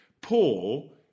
Paul